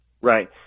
Right